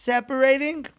Separating